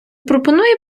пропоную